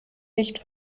nicht